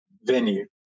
venue